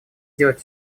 делать